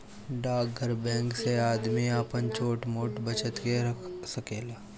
डाकघर बैंक से आदमी आपन छोट मोट बचत के रख सकेला